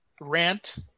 rant